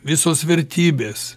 visos vertybės